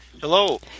Hello